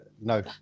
No